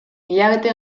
hilabete